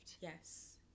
Yes